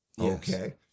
Okay